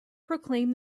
proclaimed